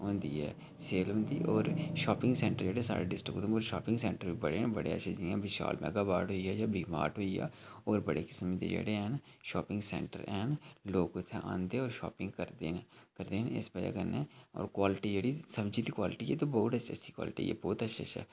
ओह् होंदी ऐ सेल होंदी होर शापिंग सैंटर जेहड़े साढ़े उधमपुर जेह्के शापिंग सैंटर बड़े न बड़े अच्छें जियां विशाल मैगामार्ट होई गेआ जां वी मार्ट होई गेआ होर बड़े किसम दे हैन शापिंग सैंटर हैन लोग उत्थें आंदे होर शापिंग करदे न करदे न होर इस बजह् कन्नै क्वालिटी सब्जी दी क्वालिटी बौह्त अच्छी अच्छी क्वालिटी ऐ